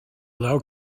low